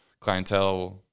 clientele